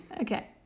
Okay